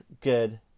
good